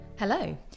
Hello